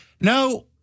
No